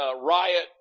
riot